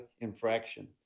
infraction